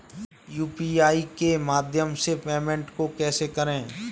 UPI के माध्यम से पेमेंट को कैसे करें?